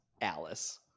Alice